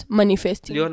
manifesting